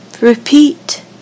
repeat